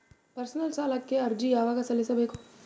Personal ಸಾಲಕ್ಕೆ ಅರ್ಜಿ ಯವಾಗ ಸಲ್ಲಿಸಬೇಕು?